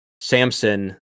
Samson